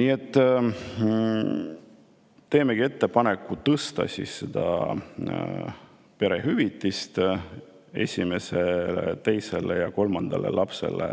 Nii et teemegi ettepaneku tõsta [lapsetoetus] esimesele, teisele ja kolmandale lapsele